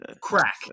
Crack